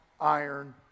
iron